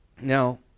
Now